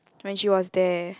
when she was there